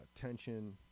tension